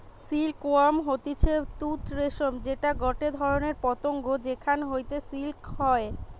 silk worm হতিছে তুত রেশম যেটা গটে ধরণের পতঙ্গ যেখান হইতে সিল্ক হয়